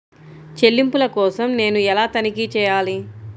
చెల్లింపుల కోసం నేను ఎలా తనిఖీ చేయాలి?